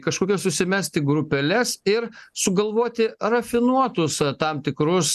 kažkokias susimesti grupeles ir sugalvoti rafinuotus tam tikrus